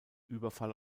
überfall